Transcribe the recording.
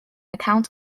account